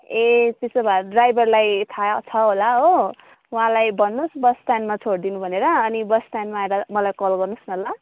ए त्यसो भए ड्राइभरलाई थाह छ होला हो उहाँलाई भन्नुहोस् बस स्ट्यान्डमा छोड दिनु भनेर अनि बस स्टेन्डमा आएर मलाई कल गर्नुहोस् न ल